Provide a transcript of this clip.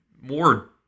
more